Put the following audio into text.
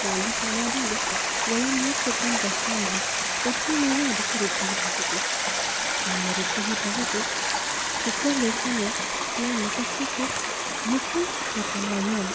बाल्यकालादेव वयं यत् चित्रं पश्यामः तस्मिन्नेव अधिकरुचिः भवति मम रुचिः भवति चित्रलेखने नाम कस्य चित् मुखरचनायाम्